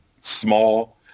small